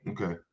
Okay